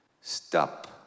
Stop